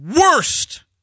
worst